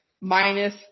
minus